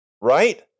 right